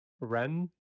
Ren